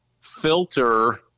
filter